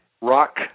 Rock